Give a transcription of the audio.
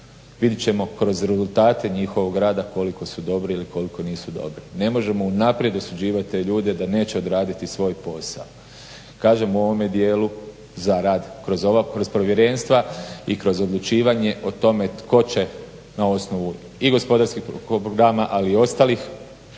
Vidjet ćemo kroz rezultate njihovog rada koliko su dobri ili koliko nisu dobri. Ne možemo unaprijed osuđivat te ljude da neće odraditi svoj posao. Kažem, u ovome dijelu za rad kroz povjerenstva i kroz odlučivanje o tome tko će na osnovu i gospodarskih programa ali i ostalih